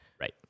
Right